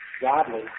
godly